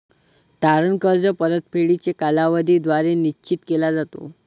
तारण कर्ज परतफेडीचा कालावधी द्वारे निश्चित केला जातो